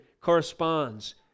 corresponds